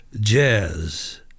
jazz